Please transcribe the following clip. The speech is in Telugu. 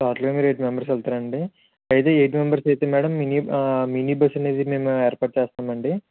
టోటల్గా మీరు ఎయిట్ మెంబెర్స్ వెళ్తారండి అయితే ఎయిట్ మెంబెర్స్ అయితే మ్యాడమ్ మినీ మినీ బస్సు అనేది మేము ఏర్పాటు చేస్తామండి